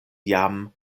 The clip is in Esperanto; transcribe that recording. jam